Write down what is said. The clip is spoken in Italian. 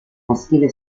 maschile